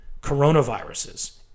coronaviruses